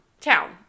town